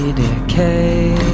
decay